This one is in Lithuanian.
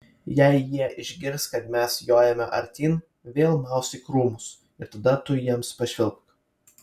jei jie išgirs kad mes jojame artyn vėl maus į krūmus ir tada tu jiems pašvilpk